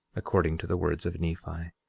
according to the words of nephi.